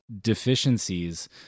deficiencies